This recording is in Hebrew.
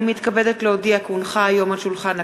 אני מתכבדת להודיע, כי הונחה היום על שולחן הכנסת,